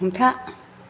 हमथा